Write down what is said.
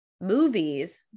movies